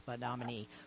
nominee